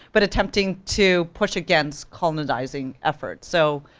but attempting to push against colonizing efforts. so,